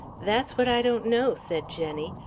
that's what i don't know, said jenny,